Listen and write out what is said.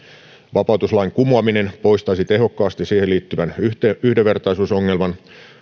vapautuslain kumoaminen poistaisi tehokkaasti siihen liittyvän yhdenvertaisuusongelman